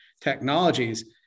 technologies